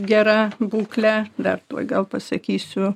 gera būkle dar tuoj gal pasakysiu